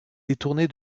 détournée